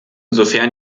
sofern